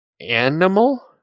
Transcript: animal